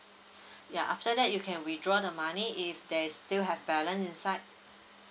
ya after that you can withdraw the money if there's still have balance inside